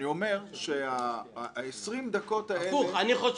אני אומר ש-20 הדקות האלה --- הפוך,